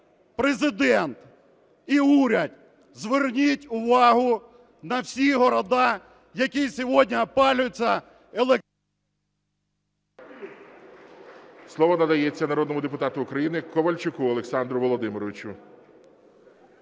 Президент і уряд, зверніть увагу на всі города, які сьогодні опалюються… ГОЛОВУЮЧИЙ. Слово надається народному депутату України Ковальчуку Олександру Володимировичу.